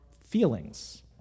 feelings